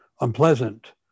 unpleasant